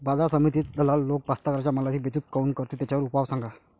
बाजार समितीत दलाल लोक कास्ताकाराच्या मालाची बेइज्जती काऊन करते? त्याच्यावर उपाव सांगा